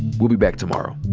we'll be back tomorrow